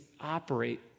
operate